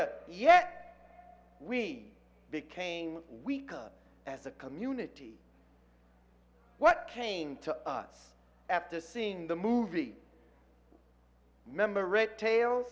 idea yet we became weaker as a community what came to us after seeing the movie remember red tail